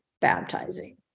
baptizing